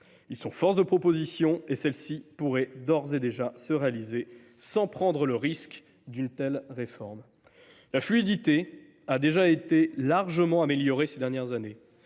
ils sont force de propositions, et celles ci pourraient d’ores et déjà se réaliser sans prendre le risque d’une telle réforme. La fluidité a déjà été largement améliorée ces dernières années.